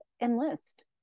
enlist